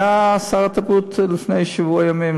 הייתה שרת בריאות לפני שבוע ימים,